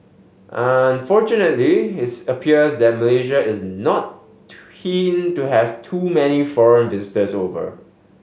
unfortunately its appears that Malaysia is not keen to have too many foreign visitors over